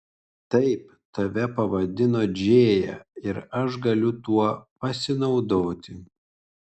taip tave pavadino džėja ir aš galiu tuo pasinaudoti